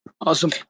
awesome